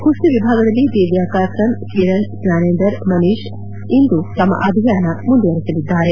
ಕುಸ್ತಿ ವಿಭಾಗದಲ್ಲಿ ದಿವ್ಯಾ ಕಾಕ್ರನ್ ಕಿರಣ್ ಜ್ವಾನೇಂದರ್ ಮನೀಶ್ ಇಂದು ತಮ್ಮ ಅಭಿಯಾನ ಮುಂದುವರಿಸಲಿದ್ದಾರೆ